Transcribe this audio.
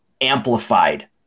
amplified